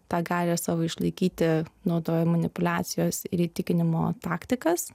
tą galią savo išlaikyti naudoja manipuliacijos ir įtikinimo taktikas